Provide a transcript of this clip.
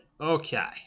Okay